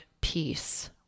peace